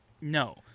No